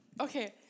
Okay